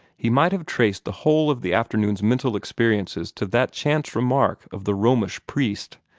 he might have traced the whole of the afternoon's mental experiences to that chance remark of the romish priest.